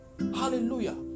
Hallelujah